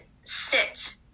sit